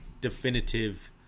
definitive